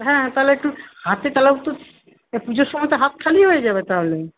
হ্যাঁ তাহলে একটু হাতে তাহলে একটু পুজোর সময় তো হাত খালি হয়ে যাবে তাহলে